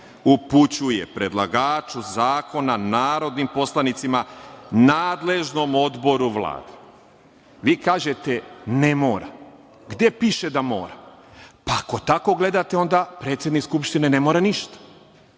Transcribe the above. upućuje predlagaču zakona, narodnim poslanicima, nadležnom odboru, Vladi. Vi kažete - ne mora, gde piše da mora. Pa ako tako gledate onda predsednik Skupštine ne mora ništa,